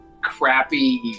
crappy